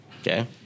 Okay